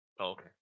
Okay